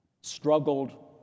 struggled